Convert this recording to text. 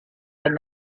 and